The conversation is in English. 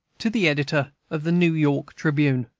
to the editor of the new york tribune